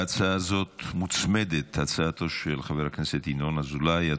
להצעה זאת מוצמדת הצעתו של חבר הכנסת ינון אזולאי.